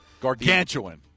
Gargantuan